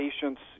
patients